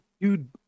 Dude